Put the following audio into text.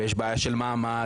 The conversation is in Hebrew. ויש בעיה של מעמד,